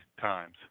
times